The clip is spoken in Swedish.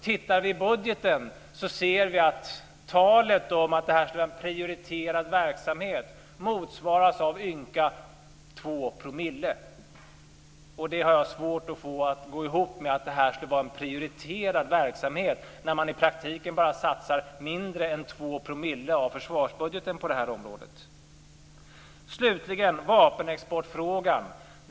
Tittar vi på budgeten ser vi att talet om att detta skulle vara en prioriterad verksamhet motsvaras av ynka 2 %. Det har jag svårt att få att gå ihop med att detta är en prioriterad verksamhet, när man i praktiken bara satsar mindre än 2 % av försvarsbudgeten på detta område. Slutligen vill jag ta upp vapenexportfrågan.